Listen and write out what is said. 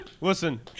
Listen